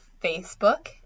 Facebook